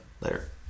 later